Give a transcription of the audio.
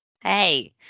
Hey